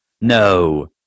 No